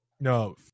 No